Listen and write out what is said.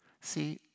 See